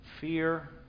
fear